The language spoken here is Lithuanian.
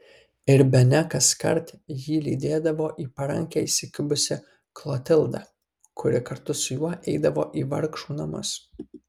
ir bene kaskart jį lydėdavo į parankę įsikibusi klotilda kuri kartu su juo eidavo į vargšų namus